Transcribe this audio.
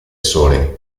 sole